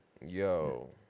Yo